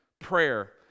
prayer